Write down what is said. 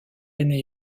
aîné